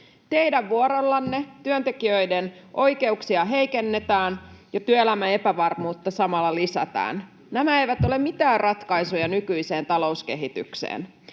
Teidän vuorollanne työntekijöiden oikeuksia heikennetään ja työelämän epävarmuutta samalla lisätään. Nämä eivät ole mitään ratkaisuja nykyiseen talouskehitykseen.